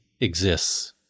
exists